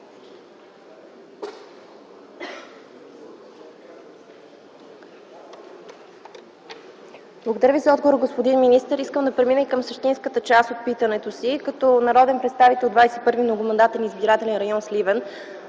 Благодаря Ви за отговора, господин министър. Искам да премина и към същинската част от питането си като народен представител от 21 Многомандатен избирателен район – Сливен,